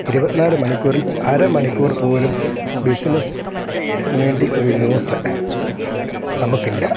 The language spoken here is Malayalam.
ഇരുപത്തിനാല് മണിക്കൂറിൽ അര മണിക്കൂർ പോലും ബിസിനസ്നു വേണ്ടി ഒരു ന്യൂസ് നമുക്കില്ല